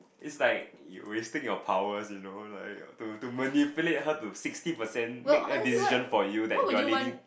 it's like you wasting your power you know like to to manipulate how to sixty percent make a decision for you that you're leading